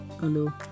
Hello